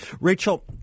Rachel